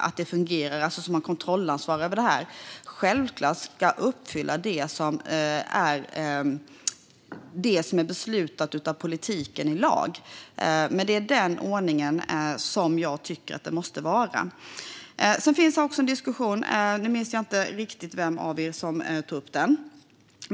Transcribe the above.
att det fungerar, som alltså har kontrollansvar för det här, uppfylla det som beslutats av politiken i lagar. Det är den ordningen jag tycker att vi måste ha. Det finns också en annan diskussion - jag minns inte riktigt vem som tog upp den.